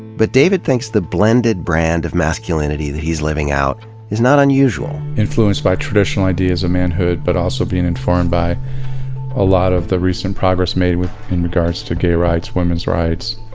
but david thinks the blended brand of masculinity that he's living out is not unusual. influenced by traditional ideas of manhood but also being informed by a lot of the recent progress made in regards to gay rights, women's rights.